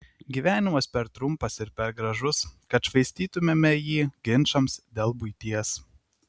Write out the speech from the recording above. gyvenimas per trumpas ir per gražus kad švaistytumėme jį ginčams dėl buities